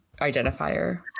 identifier